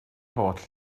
holl